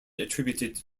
attributed